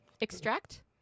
Extract